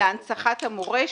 אדוני היושב ראש,